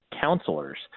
counselors